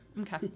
Okay